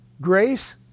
grace